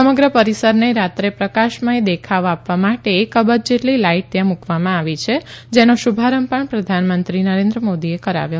સમગ્ર પરિસરને રાત્રે પ્રકાશમય દેખાવ આપવા માટે એક અબજ જેટલી લાઈટ ત્યાં મૂકવામાં આવી છે જેનો શુભારંભ પણ પ્રધાનમંત્રી નરેન્દ્ર મોદીએ કરાવ્યો